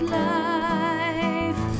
life